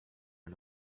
and